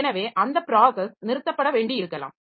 எனவே அந்த ப்ராஸஸ் நிறுத்தப்பட வேண்டியிருக்கலாம்